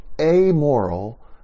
amoral